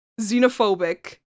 xenophobic